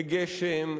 בגשם,